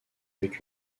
avec